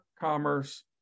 commerce